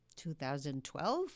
2012